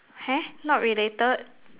not related